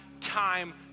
time